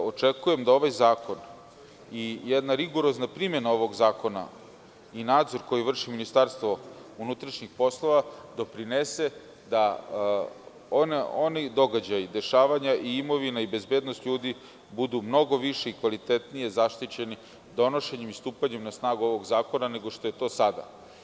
Očekujem da ovaj zakon i jedna rigorozna primena ovog zakona i nadzor koji vrši MUP doprinesu da oni događaji, dešavanja, imovina i bezbednost ljudi budu mnogo više i kvalitetnije zaštićeni donošenjem i stupanjem na snagu ovog zakona, nego što je to sada.